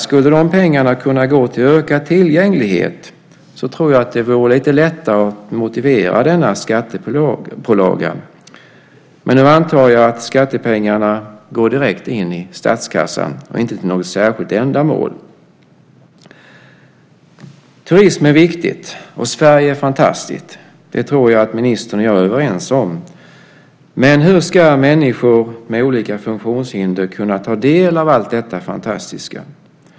Skulle de pengarna kunna gå till ökad tillgänglighet tror jag att det vore lite lättare att motivera denna skattepålaga. Men nu antar jag att skattepengarna går direkt in i statskassan och inte till något särskilt ändamål. Turism är viktigt, och Sverige är fantastiskt. Det tror jag att ministern och jag är överens om. Men hur ska människor med olika funktionshinder kunna ta del av allt detta fantastiska?